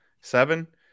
seven